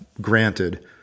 granted